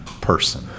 person